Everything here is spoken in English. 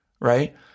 right